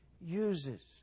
uses